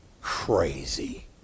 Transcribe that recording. crazy